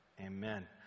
Amen